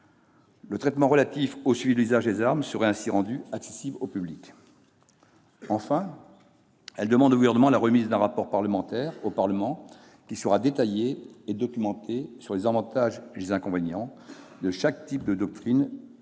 le traitement relatif au suivi de l'usage des armes serait ainsi rendu accessible au public. Enfin, elle demande au Gouvernement la remise d'un rapport au Parlement qui serait « détaillé et documenté sur les avantages et les inconvénients de chaque type de doctrine